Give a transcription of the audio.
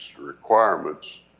requirements